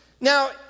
Now